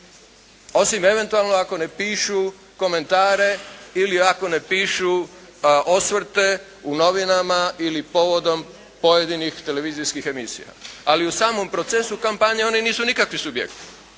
Osim eventualno ako ne pišu komentare ili ako ne pišu osvrte u novinama ili povodom pojedinih televizijskih emisija. Ali u samom procesu kampanje oni nisu nikakvi subjekti.